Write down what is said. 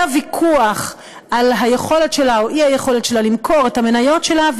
היה ויכוח על היכולת שלה או האי-יכולת שלה למכור את המניות שלה,